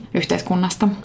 yhteiskunnasta